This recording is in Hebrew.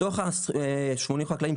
מתוך 85 חקלאים,